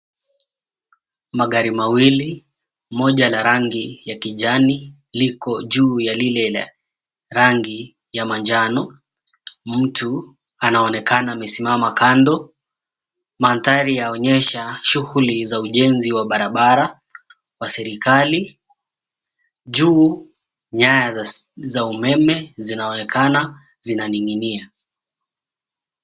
Magari mawili, moja la rangi ya kijani, liko juu ya lile la rangi ya manjano. Mtu 𝑎𝑛𝑎𝑜𝑛𝑒𝑘𝑎𝑛𝑎 amesimama kando, mandhari yaonyesha shughuli za ujenzi wa barabara, wa serikali. Juu nyaya za umeme 𝑧𝑖𝑛𝑎𝑜𝑛𝑒𝑘𝑎𝑛𝑎 zinaning'inia.